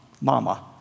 mama